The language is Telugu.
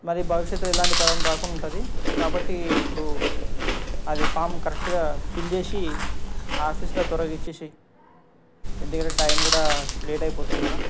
మరి భవిష్యత్తు ఇలాంటి ప్రాబ్లం రాకుండా ఉంటుంది కాబట్టి ఇప్పుడు అది ఫామ్ గా ఫిల్ చేేసి ఆఫీస్లో త్వరగా ఇచ్చేసేయి ఎందుకంటే టైం కూడా లేట్ అయిపోతుంది కదా